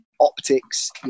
optics